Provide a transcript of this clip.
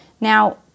Now